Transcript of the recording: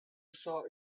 saw